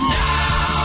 now